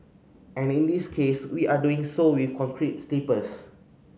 and in this case we are doing so with concrete sleepers